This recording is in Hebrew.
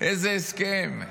איזה הסכם?